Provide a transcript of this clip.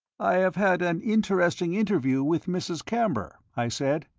i have had an interesting interview with mrs. camber, i said.